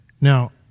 Now